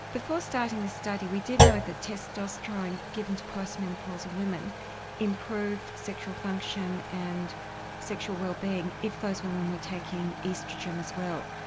before starting this study we did know that testosterone given to post-menopausal women improved sexual function and sexual wellbeing if those women were taking oestrogen as well.